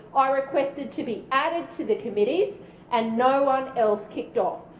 i requested to be added to the committees and no one else kicked off.